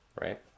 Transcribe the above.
right